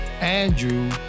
Andrew